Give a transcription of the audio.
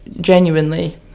Genuinely